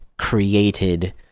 Created